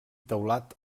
teulat